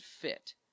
fit